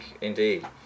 indeed